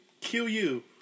Q-U